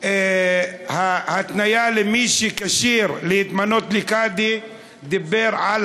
ההתניה למי שכשיר להתמנות לקאדי דיברה על